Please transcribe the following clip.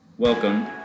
Welcome